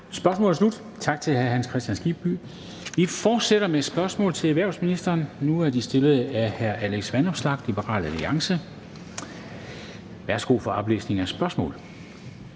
Spørgsmålet er slut, så tak til hr. Hans Kristian Skibby. Vi fortsætter med et spørgsmål til erhvervsministeren, nu stillet af hr. Alex Vanopslagh, Liberal Alliance. Kl. 13:58 Spm.